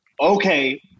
Okay